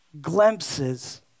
glimpses